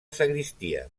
sagristia